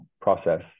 process